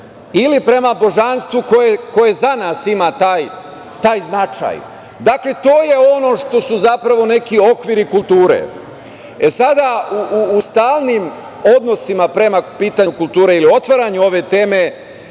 ili prema božanstvu koje za nas ima taj značaj. Dakle, to je ono što su zapravo neki okviri kulture. Sada, u stalnim odnosima prema pitanju kulture ili otvaranju ove teme,